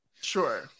sure